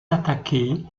attaquer